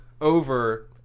over